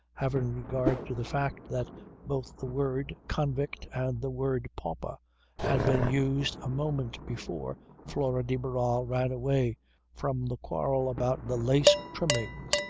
having regard to the fact that both the word convict and the word pauper had been used a moment before flora de barral ran away from the quarrel about the lace trimmings.